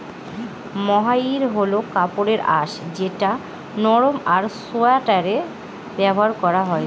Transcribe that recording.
মহাইর হল কাপড়ের আঁশ যেটা নরম আর সোয়াটারে ব্যবহার করা হয়